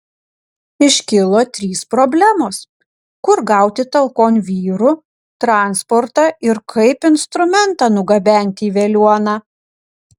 iškilo trys problemos kur gauti talkon vyrų transportą ir kaip instrumentą nugabenti į veliuoną